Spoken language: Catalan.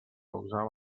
usaven